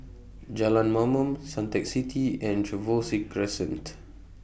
Jalan Mamam Suntec City and Trevose Crescent